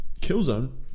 killzone